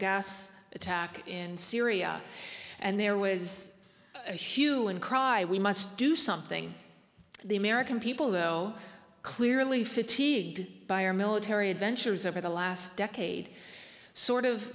gas attack in syria and there was a hue and cry we must do something the american people though clearly fatigued by our military adventures over the last decade sort of